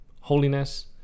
holiness